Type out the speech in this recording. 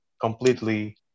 completely